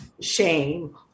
shame